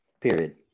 period